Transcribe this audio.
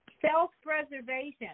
self-preservation